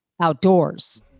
outdoors